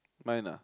mine ah